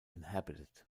inhabited